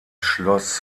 schloss